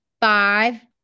five